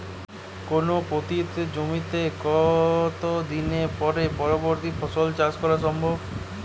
কোনো পতিত জমিতে কত দিন পরে পরবর্তী ফসল চাষ করা সম্ভব?